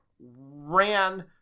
ran